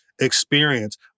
experience